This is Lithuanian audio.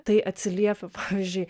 tai atsiliepia pavyzdžiui